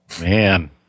man